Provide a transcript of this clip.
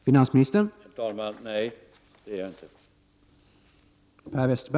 Herr talman! Nej, det är jag inte.